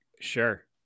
sure